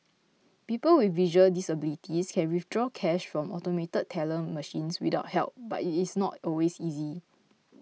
people with visual disabilities can withdraw cash from automated teller machines without help but it is not always easy